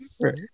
right